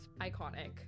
iconic